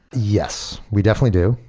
yes, we definitely do.